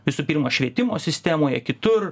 visų pirma švietimo sistemoje kitur